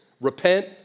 repent